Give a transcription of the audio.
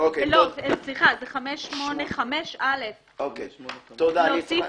זה 585א. להוסיף